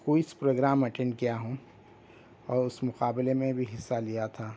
quiz program attend کیا ہوں اور اس مقابلہ میں بھی حصہ لیا تھا